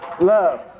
Love